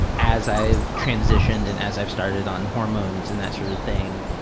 as i've transitioned and as i've started on hormones and that sort of thing,